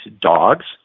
Dogs